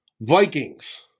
Vikings